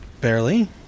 barely